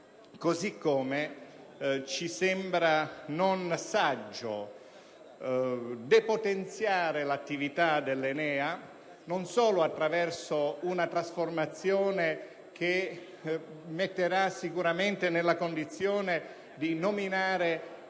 Non ci sembra saggio inoltre depotenziare l'attività dell'ENEA non solo attraverso una trasformazione che metterà sicuramente nella condizione di nominare